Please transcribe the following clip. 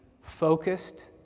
focused